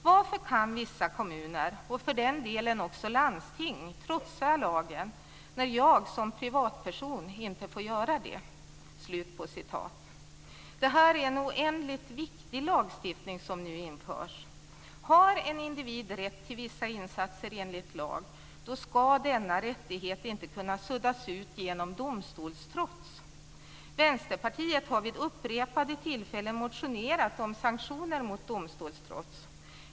Varför kan vissa kommuner, och för den delen också landsting, trotsa lagen när jag som privatperson inte får trots lagen?" Det är en oändligt viktig lagstiftning som nu införs. Har en individ rätt till vissa insatser enligt lag så ska denna rättighet inte kunna suddas ut genom domstolstrots. Vänsterpartiet har vid upprepade tillfällen motionerat om sanktioner mot domstolstrots.